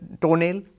toenail